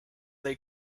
they